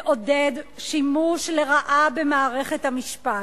מעודד שימוש לרעה במערכת המשפט.